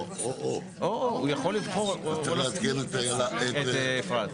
צריך לעדכן את אפרת.